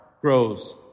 grows